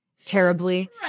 terribly